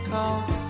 Cause